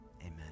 Amen